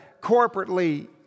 corporately